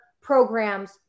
programs